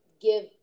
give